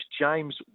James